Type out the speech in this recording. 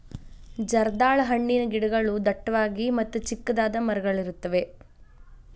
ಜರ್ದಾಳ ಹಣ್ಣಿನ ಗಿಡಗಳು ಡಟ್ಟವಾಗಿ ಮತ್ತ ಚಿಕ್ಕದಾದ ಮರಗಳಿರುತ್ತವೆ